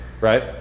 right